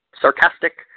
sarcastic